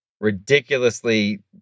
ridiculously